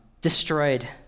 destroyed